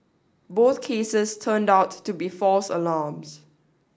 both cases turned out to be false alarms